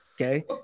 Okay